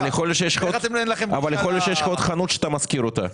אבל יכול להיות שיש לך עוד חנות שאתה משכיר אותה.